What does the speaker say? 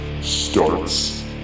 starts